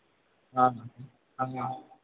हाँ